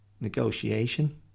negotiation